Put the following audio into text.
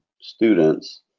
students